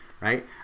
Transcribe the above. right